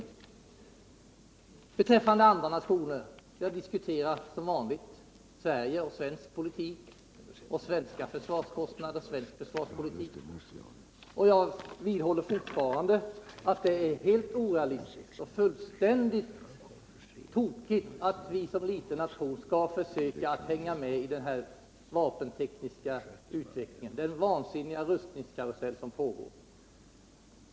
Per Petersson talar om andra nationer, men jag diskuterar som vanligt Sverige och svensk politik, svenska försvarskostnader och svensk försvarspolitik, och jag vidhåller fortfarande att det är helt orealistiskt och fullständigt tokigt att Sverige som liten nation skall försöka hänga med i den vapentekniska utvecklingen och den vansinniga rustningskarusell som pågår.